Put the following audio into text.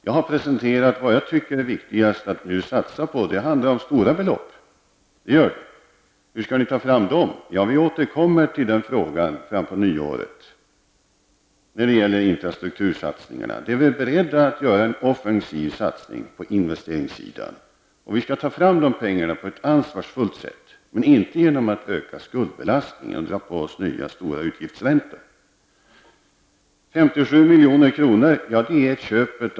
Jag har presenterat vad jag tycker är viktigast att nu satsa på. Det handlar om stora belopp. Frågan om hur vi skall ta fram dem återkommer vi till fram på nyåret. Vi är beredda att göra en offensiv satsning på investeringar i infrastruktur, och vi skall ta fram pengar för det på ett ansvarsfullt sätt, inte genom att öka skuldbelastningen och dra på oss nya stora utgiftsräntor. 57 miljoner är ett belopp som Ulla Orring nämnde.